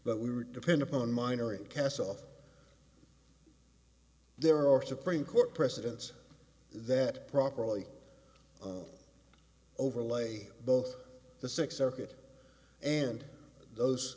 but we would depend upon miner and cast off there are supreme court precedents that properly overlay both the six circuit and those